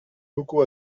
beaucoup